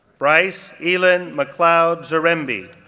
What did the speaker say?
bryce elan macleod zaremby,